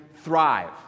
thrive